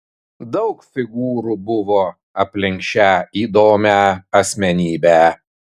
daug figūrų buvo aplink šią įdomią asmenybę